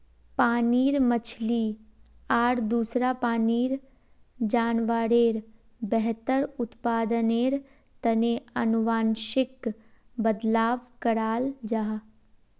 पानीर मछली आर दूसरा पानीर जान्वारेर बेहतर उत्पदानेर तने अनुवांशिक बदलाव कराल जाहा